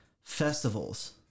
festivals